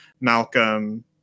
Malcolm